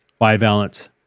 bivalent